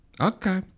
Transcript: okay